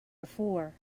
before